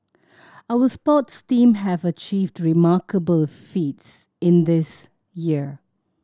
our sports team have achieved remarkable feats in this year